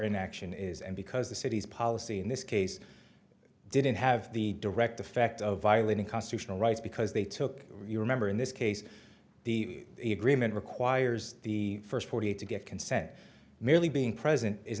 inaction is and because the city's policy in this case didn't have the direct effect of violating constitutional rights because they took over you remember in this case the agreement requires the first forty eight to get consent merely being present is